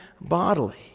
bodily